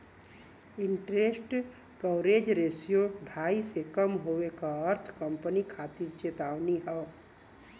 interest coverage ratio ढाई से कम होये क अर्थ कंपनी खातिर चेतावनी हौ